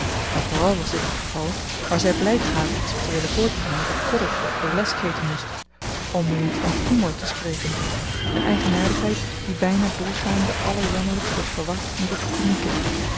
en vooral was dit het geval waar zy blyk gaven iets te willen voortbrengen dat koddig of burlesk heeten moest om nu niet van humor te spreken een eigenaardigheid die byna doorgaande allerjammerlykst wordt verward met het komieke